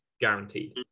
guaranteed